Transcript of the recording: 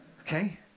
okay